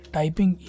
typing